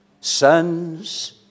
sons